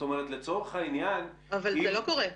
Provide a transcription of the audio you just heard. לצורך העניין --- אבל זה לא קורה,